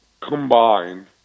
combined